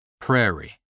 prairie